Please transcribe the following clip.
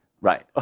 Right